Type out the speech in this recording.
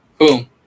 Boom